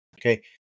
Okay